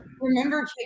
Remember